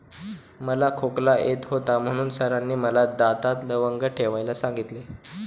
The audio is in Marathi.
मला खोकला येत होता म्हणून सरांनी मला दातात लवंग ठेवायला सांगितले